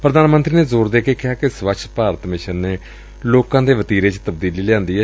ਪ੍ਰਧਾਨ ਮੰਤਰੀ ਨੇ ਜ਼ੋਰ ਦੇ ਕੇ ਕਿਹਾ ਕਿ ਸਵੱਛ ਭਾਰਤ ਮਿਸ਼ਨ ਨੇ ਲੋਕਾਂ ਦੇ ਵਤੀਰੇ ਚ ਤਬਦੀਲੀ ਲਿਆਂਦੀ ਏ